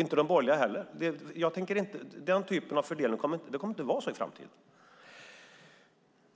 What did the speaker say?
Inte heller de borgerliga kan göra detta. Det fungerar inte så längre. Den typen av fördelning kommer vi inte att ha i framtiden.